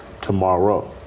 tomorrow